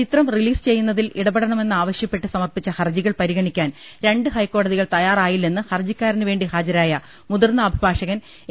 ചിത്രം റിലീസ് ചെയ്യുന്നതിൽ ഇടപെടണമെന്നാവശ്യ പ്പെട്ട് സമർപ്പിച്ച ഹർജികൾ പരിഗണിക്കാൻ രണ്ട് ഹൈക്കോടതി കൾ തയ്യാറായില്ലെന്ന് ഹർജിക്കാരനുവേണ്ടി ഹാജരായ മുതിർന്ന അഭിഭാഷകൻ എ